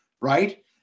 right